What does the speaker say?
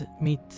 Meet